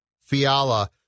Fiala